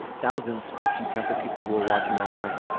thousands if you count the people who are watching online.